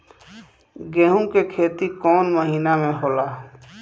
गेहूं के खेती कौन महीना में होला?